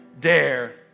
dare